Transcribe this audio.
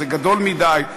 זה גדול מדי,